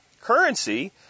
currency